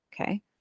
Okay